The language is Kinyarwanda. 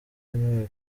yemewe